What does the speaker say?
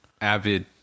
avid